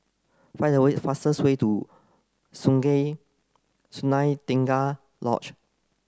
find the way fastest way to Sungei Sunai Tengah Lodge